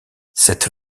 cette